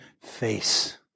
face